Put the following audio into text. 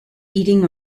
eating